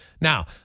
Now